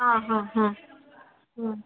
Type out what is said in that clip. ಹಾಂ ಹಾಂ ಹಾಂ